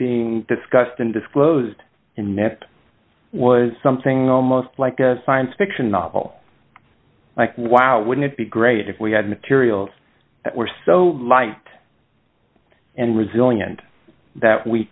being discussed and disclosed in math was something almost like a science fiction novel like wow wouldn't it be great if we had materials that were so light and resilient that we